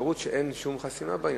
בוא